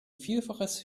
vielfaches